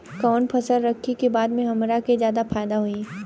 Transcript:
कवन फसल रखी कि बाद में हमरा के ज्यादा फायदा होयी?